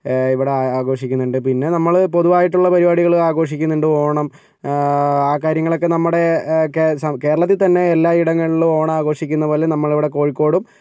ഇവിടെ ആഘോഷിക്കുന്നുണ്ട് പിന്നെ നമ്മൾ പൊതുവായിട്ടുള്ള പരിപാടികൾ ആഘോഷിക്കുന്നുണ്ട് ഓണം ആ കാര്യങ്ങളൊക്കെ നമ്മുടെ കേരളത്തിൽ തന്നെ എല്ലായിടങ്ങളിലും ഓണാഘോഷിക്കുന്ന പോലെ നമ്മളവിടെ കോഴിക്കോടും